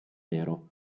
nero